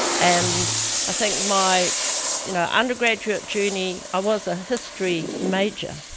and i think my you know undergraduate journey, i was a history major,